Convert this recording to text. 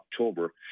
October